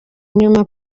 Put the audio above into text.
nyuma